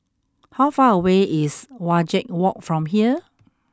how far away is Wajek Walk from here